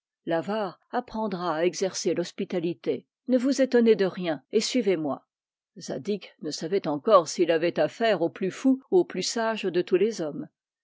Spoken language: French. l'avare apprendra à exercer l'hospitalité ne vous étonnez de rien et suivez-moi zadig ne savait encore s'il avait affaire au plus fou ou au plus sage de tous les hommes